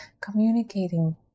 Communicating